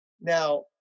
Now